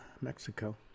Mexico